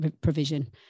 provision